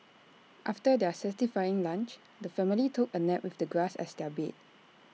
after their satisfying lunch the family took A nap with the grass as their bed